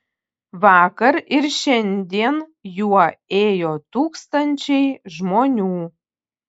vakar ir šiandien juo ėjo tūkstančiai žmonių